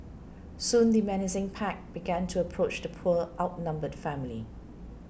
soon the menacing pack began to approach the poor outnumbered family